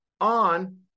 on